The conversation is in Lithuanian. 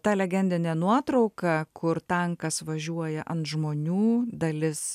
ta legendinė nuotrauka kur tankas važiuoja ant žmonių dalis